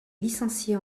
licenciée